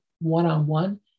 one-on-one